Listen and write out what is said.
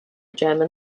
german